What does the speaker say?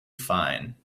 fine